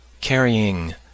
carrying